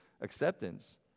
acceptance